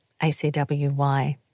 ACWY